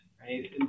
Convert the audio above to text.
Right